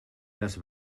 les